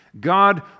God